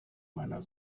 meiner